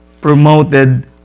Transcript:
promoted